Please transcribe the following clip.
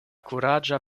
kuraĝa